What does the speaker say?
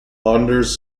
anders